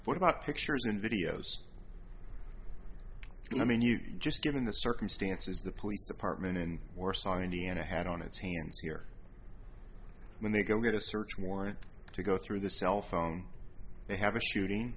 what about pictures and videos i mean you just given the circumstances the police department in warsaw indiana had on its hands here when they can get a search warrant to go through the cell phone they have a shooting